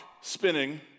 spinning